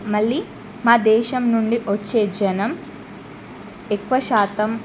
మళ్ళీ మా దేశం నుండి వచ్చే జనం ఎక్కువ శాతం